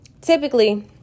typically